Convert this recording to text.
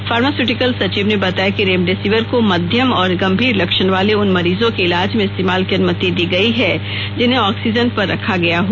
pharmaceutical सचिव ने बताया कि रेमडेसेवियर को मध्यम और गंभीर लक्षण वाले उन मरीजोंके इलाज में इस्तेमाल की अनुमति दी गई है जिन्हें ऑक्सीजन पर रखा गया हो